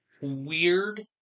Weird